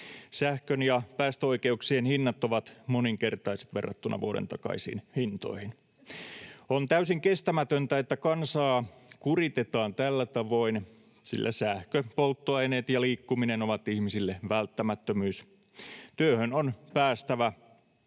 Sähkön ja päästöoikeuksien hinnat ovat moninkertaiset verrattuna vuoden takaisiin hintoihin. On täysin kestämätöntä, että kansaa kuritetaan tällä tavoin, sillä sähkö, polttoaineet ja liikkuminen ovat ihmisille välttämättömyys. Työhön on päästävä.